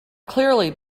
clearly